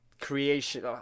creation